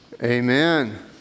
Amen